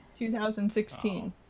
2016